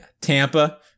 Tampa